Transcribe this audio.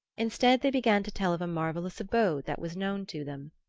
instead they began to tell of a marvelous abode that was known to them.